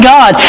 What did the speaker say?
God